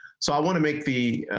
so i want to make the.